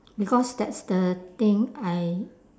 because that's the thing I